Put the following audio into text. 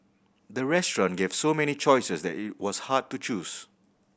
the restaurant gave so many choices that it was hard to choose